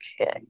Okay